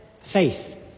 Faith